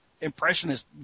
impressionist